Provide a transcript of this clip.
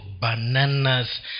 bananas